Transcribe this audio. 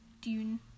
Dune